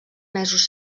mesos